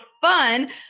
fun